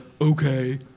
Okay